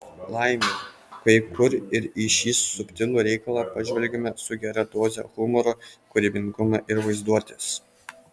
laimė kai kur ir į šį subtilų reikalą pažvelgiama su gera doze humoro kūrybingumo ir vaizduotės